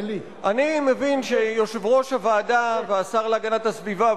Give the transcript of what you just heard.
אני מבין שיושב-ראש הוועדה והשר להגנת הסביבה,